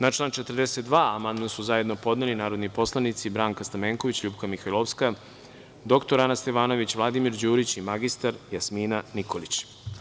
Na član 42. amandman su zajedno podneli narodni poslanici Branka Stamenković, LJupka Mihajlovska, dr Ana Stevanović, Vladimir Đurić i mr Jasmina Nikolić.